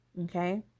Okay